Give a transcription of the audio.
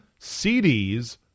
CDs